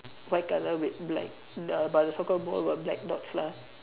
white colour with black the but the soccer ball got black dots lah